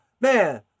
man